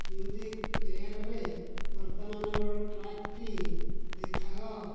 music ପ୍ଲେୟାରରେ ବର୍ତ୍ତମାନର ଟ୍ରାକ୍ଟି ଦେଖାଅ